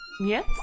yes